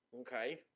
Okay